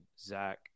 Zach